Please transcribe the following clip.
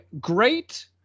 great